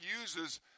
uses